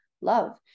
love